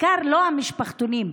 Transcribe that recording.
לא המשפחתונים,